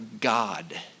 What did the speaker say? God